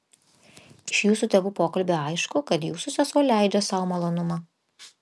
iš jūsų tėvų pokalbio aišku kad jūsų sesuo leidžia sau malonumą